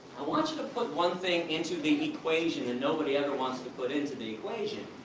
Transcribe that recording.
i want you to put one thing into the equation and nobody ever wants to put into the equation.